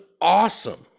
awesome